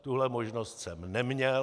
Tuhle možnost jsem neměl.